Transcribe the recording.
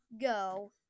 go